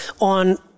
on